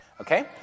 Okay